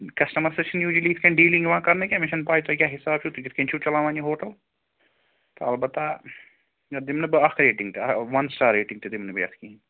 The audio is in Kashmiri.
کسٹمَرس سۭتۍ چھِنہٕ یوجؤلی یِتھ کٔنۍ ڈیلنٛگ یِوان کَرنہٕ کیٚنٛہہ مےٚ چھَنہٕ پَے تۄہہِ کیٛاہ حِساب چھُو تُہۍ کِتھ کٔنۍ چھُو چَلاوان یہِ ہوٹل تہٕ البتہ یَتھ دِمہٕ نہٕ بہٕ اَکھ ریٹِنٛگ تہِ ون سٹار ریٹِنٛگ تہِ دِمہٕ نہٕ بہٕ یَتھ کیٚنٛہہ